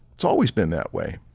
it's always been that way.